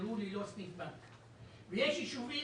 שנשארו ללא סניף בנק, ויש יישובים